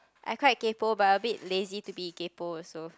I quite kaypoh but I a bit lazy to be kaypoh also